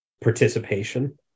participation